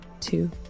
two